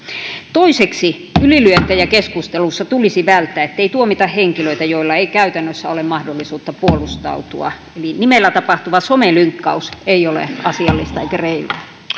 toiseksi ylilyöntejä keskustelussa tulisi välttää ettei tuomita henkilöitä joilla ei käytännössä ole mahdollisuutta puolustautua eli nimellä tapahtuva somelynkkaus ei ole asiallista eikä reilua